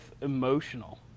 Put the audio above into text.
emotional